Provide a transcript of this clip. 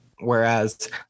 Whereas